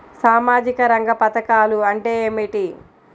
సామాజిక రంగ పధకాలు అంటే ఏమిటీ?